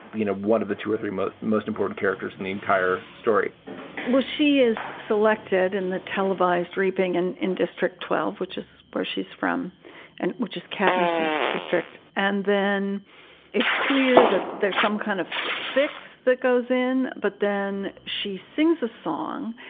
you know, one of the two or three most most important characters in the entire story she is selected in the televised reaping and in district twelve, which is where she's from and which is katniss is district. and then it's clear that there's some kind of fix that goes in. but then she sings a song.